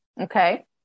Okay